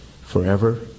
Forever